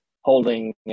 holding